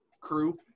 crew